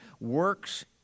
works